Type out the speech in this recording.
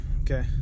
Okay